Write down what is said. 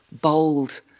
bold